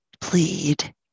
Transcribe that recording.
plead